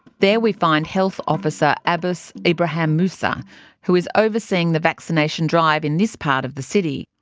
there we find health officer abbas ibrahim musa who is overseeing the vaccination drive in this part of the city.